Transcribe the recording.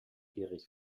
erich